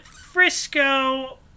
Frisco